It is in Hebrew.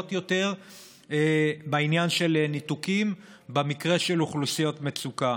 יותר בעניין של ניתוקים במקרה של אוכלוסיות מצוקה.